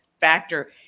factor